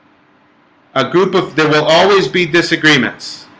a group of there will always be disagreements